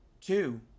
Two